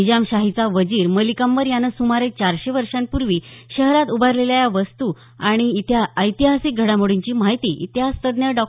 निजामशाहीचा वजीर मलिक अंबर यानं सुमारे चारशे वर्षांपूर्वी शहरात उभारलेल्या या वास्तू आणि इथल्या ऐतिहासिक घडामोडींची माहिती इतिहासतज्ज्ञ डॉ